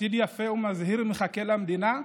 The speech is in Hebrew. עתיד יפה ומזהיר מחכה למדינה,